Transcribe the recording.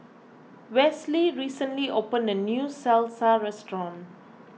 Westley recently opened a new Salsa restaurant